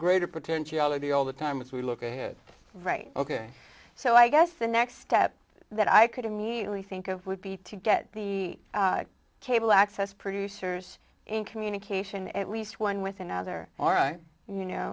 greater potentiality all the time as we look ahead right ok so i guess the next step that i could immediately think of would be to get the cable access producers in communication at least one with another all right you know